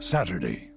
Saturday